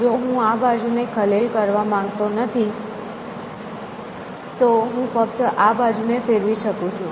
જો હું આ બાજુને ખલેલ માંગતો નથી તો હું ફક્ત આ બાજુને ફેરવી શકું છું